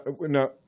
now